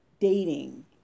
dating